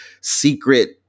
secret